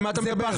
על מה אתה מדבר?